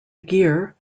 gear